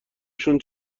شون